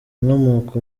inkomoko